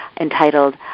entitled